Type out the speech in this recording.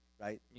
right